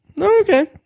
Okay